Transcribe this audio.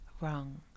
wrong